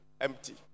empty